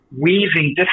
weaving